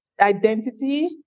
Identity